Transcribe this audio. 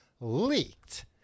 leaked